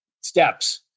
steps